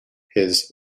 his